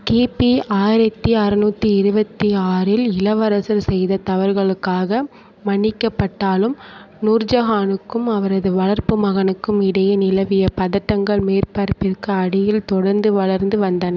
கிபி ஆயிரத்தி அறநூற்றி இருபத்தி ஆறில் இளவரசன் செய்த தவறுகளுக்காக மன்னிக்கப்பட்டாலும் நூர்ஜகானுக்கும் அவரது வளர்ப்பு மகனுக்கும் இடையே நிலவிய பதட்டங்கள் மேற்பரப்பிற்கு அடியில் தொடர்ந்து வளர்ந்து வந்தன